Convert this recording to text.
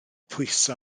pwyso